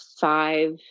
five